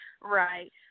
Right